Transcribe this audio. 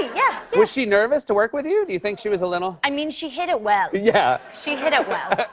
yeah. was she nervous to work with you? do you think she was a little i mean, she hid it well. yeah. she hid it well.